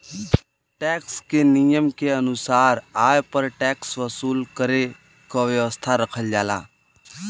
tax क नियम के अनुसार आय पर टैक्स वसूल करे क व्यवस्था रखल जाला